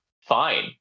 fine